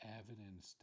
evidence